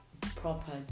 proper